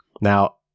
Now